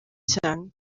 cyane